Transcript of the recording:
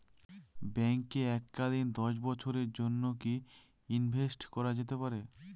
ব্যাঙ্কে এককালীন দশ বছরের জন্য কি ইনভেস্ট করা যেতে পারে?